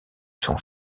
son